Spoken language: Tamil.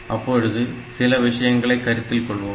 அப்பொழுது சில விஷயங்களை கருத்தில் கொள்வோம்